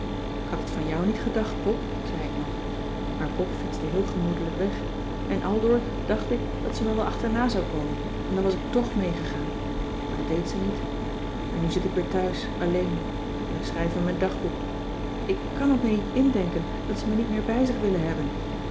k had het van jou niet gedacht pop zei ik nog maar pop fietste heel gemoedelijk weg en aldoor dacht ik dat ze mij wel achterna zou komen en dan was ik tch meegegaan maar dat deed ze niet en nu zit ik weer thuis alleen en ik schrijf in mijn dagboek ik kàn t me niet indenken dat ze mij niet meer bij zich willen hebben